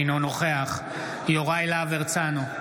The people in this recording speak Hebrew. אינו נוכח יוראי להב הרצנו,